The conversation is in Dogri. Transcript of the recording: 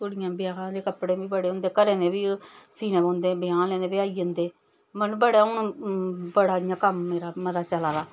कुड़ियें दे ब्याह् दे कपड़े बी बड़े होंदे घरें दे बी सीनै पौंदे ब्याह् आह्लें दे बी आई जंदे मैह्मी बड़े हून कम्म मेरा मता चला दा